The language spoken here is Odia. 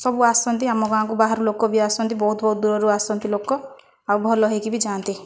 ସବୁ ଆସନ୍ତି ଆମ ଗାଁକୁ ବାହାରୁ ଲୋକ ବି ଆସନ୍ତି ବହୁତ ବହୁତ ଦୂରରୁ ଆସନ୍ତି ଲୋକ ଆଉ ଭଲ ହୋଇକି ବି ଯାଆନ୍ତି